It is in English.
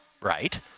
right